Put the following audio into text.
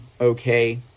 okay